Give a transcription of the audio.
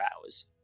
hours